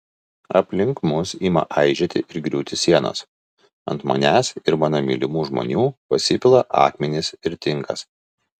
aplink mus ima aižėti ir griūti sienos ant manęs ir mano mylimų žmonių pasipila akmenys ir tinkas